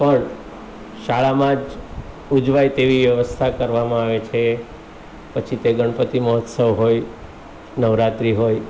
પણ શાળામાં જ ઉજવાય તેવી વ્યવસ્થા કરવામાં આવે છે પછી તે ગણપતિ મહોત્સવ હોય નવરાત્રી હોય